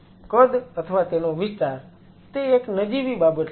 કદ અથવા તેનો વિસ્તાર તે એક નજીવી બાબત લાગે છે